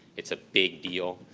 it's a big deal.